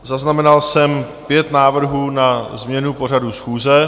Zaznamenal jsem pět návrhů na změnu pořadu schůze.